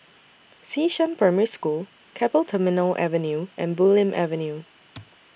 Xishan Primary School Keppel Terminal Avenue and Bulim Avenue